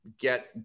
get